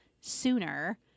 sooner